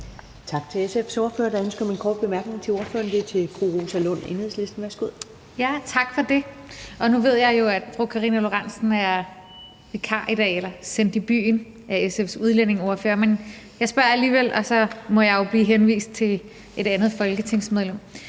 Tak til SF's ordfører. Der er ønske om korte bemærkninger. Værsgo til fru Rosa Lund, Enhedslisten. Kl. 17:33 Rosa Lund (EL): Tak for det. Nu ved jeg jo, at fru Karina Lorentzen Dehnhardt er vikar i dag eller sendt i byen af SF's udlændingeordfører, men jeg spørger alligevel, og så må jeg jo blive henvist til et andet folketingsmedlem.